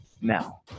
now